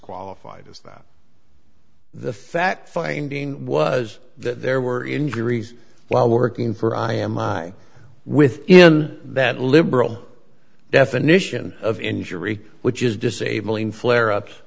qualified as that the fact finding was that there were injuries while working for i am i with in that liberal definition of injury which is disabling flare ups